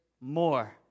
more